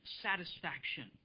satisfaction